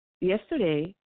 yesterday